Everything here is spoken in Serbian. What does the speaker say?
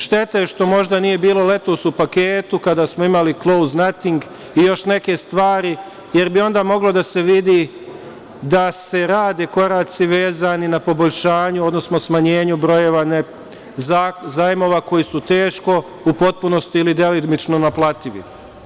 Šteta je što možda nije bilo letos u paketu, kada smo imali „klous nating“ i još neke stvari, jer bi onda moglo da se vidi da se rade koraci vezani na poboljšanju, odnosno smanjenju brojeva zajmova koji su teško, u potpunosti ili delimično naplativi.